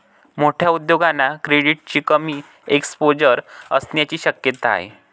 मोठ्या उद्योगांना क्रेडिटचे कमी एक्सपोजर असण्याची शक्यता आहे